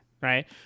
right